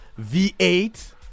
V8